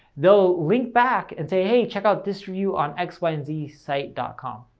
they'll link back and say, hey, check out this review on x, y and z site dot com.